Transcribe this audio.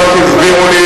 ממה שהסבירו לי,